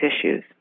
issues